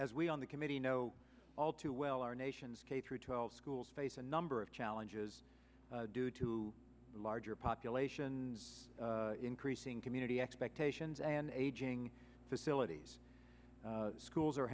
as we on the committee know all too well our nation's k through twelve schools face a number of challenges due to the larger population increasing community expectations and aging facilities schools are